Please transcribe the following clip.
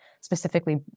specifically